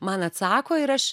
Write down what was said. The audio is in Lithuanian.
man atsako ir aš